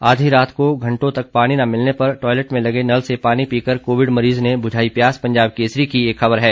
आधी रात को घंटों तक पानी न मिलने पर टॉयलेट में लगे नल से पानी पीकर कोविड मरीज ने बुझाई प्यास पंजाब केसरी की एक ख़बर है